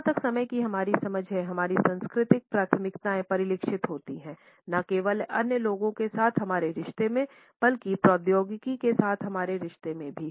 जहाँ तक समय की हमारी समझ है हमारी सांस्कृतिक प्राथमिकताएँ परिलक्षित होती हैं न केवल अन्य लोगों के साथ हमारे रिश्ते में बल्कि प्रौद्योगिकी के साथ हमारे रिश्ते में भी